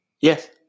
Yes